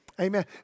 Amen